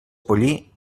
pollí